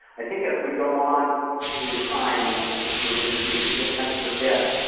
i think as we go on through time and and through history people tend to forget,